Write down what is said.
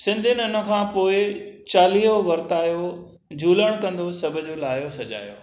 सिंधियुनि हिन खां पोइ चालीहो वर्तायो झूलणु कंदो सभ जो लाहियो सॼायो